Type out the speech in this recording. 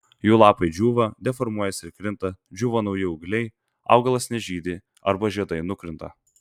jų lapai džiūva deformuojasi ir krinta džiūva nauji ūgliai augalas nežydi arba žiedai nukrinta